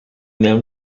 them